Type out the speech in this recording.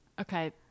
Okay